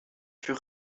fut